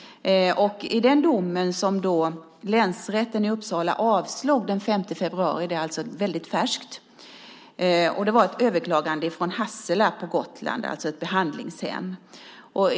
Den dom från den 5 februari - det är alltså väldigt färskt - där Länsrätten i Uppsala avslog en ansökan handlade om ett överklagande från Hassela på Gotland, ett behandlingshem.